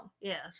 Yes